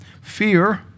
Fear